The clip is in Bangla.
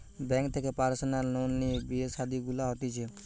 বেঙ্ক থেকে পার্সোনাল লোন লিয়ে বিয়ে শাদী গুলা হতিছে